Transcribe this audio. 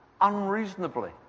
unreasonably